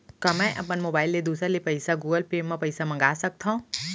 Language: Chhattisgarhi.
का मैं अपन मोबाइल ले दूसर ले पइसा गूगल पे म पइसा मंगा सकथव?